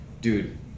dude